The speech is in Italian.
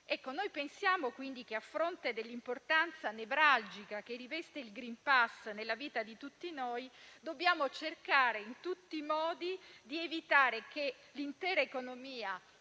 Noi pensiamo quindi che, a fronte dell'importanza nevralgica che riveste il *green pass* nella vita di tutti noi, dobbiamo cercare in tutti i modi di evitare che l'intera economia